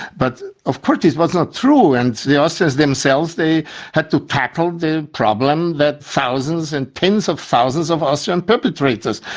but of course it was not true, and the ah austrians themselves, they had to tackle the problem that thousands and tens of thousands of austrian perpetrators,